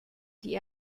die